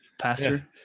Pastor